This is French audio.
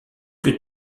plus